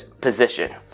position